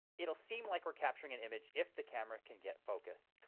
it'll seem like we're capturing an image if the camera can get focus.